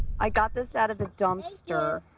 i got this out of the dumpster.